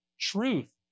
truth